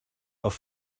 auf